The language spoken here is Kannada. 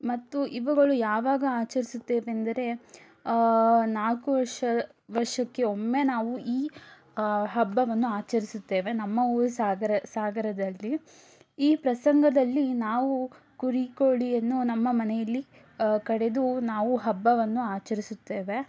ಮತ್ತು ಇವುಗಳು ಯಾವಾಗ ಆಚರಿಸುತ್ತೇವೆಂದರೆ ನಾಲ್ಕು ವರ್ಷ ವರ್ಷಕ್ಕೆ ಒಮ್ಮೆ ನಾವು ಈ ಹಬ್ಬವನ್ನು ಆಚರಿಸುತ್ತೇವೆ ನಮ್ಮ ಊರು ಸಾಗರ ಸಾಗರದಲ್ಲಿ ಈ ಪ್ರಸಂಗದಲ್ಲಿ ನಾವು ಕುರಿ ಕೋಳಿಯನ್ನು ನಮ್ಮ ಮನೆಯಲ್ಲಿ ಕಡಿದು ನಾವು ಹಬ್ಬವನ್ನು ಆಚರಿಸುತ್ತೇವೆ